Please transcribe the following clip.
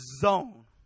zone